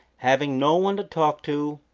having no one to talk to,